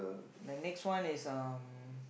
the next one is um